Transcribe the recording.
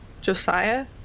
Josiah